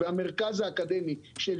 והמרכז האקדמי של